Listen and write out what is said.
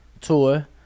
tour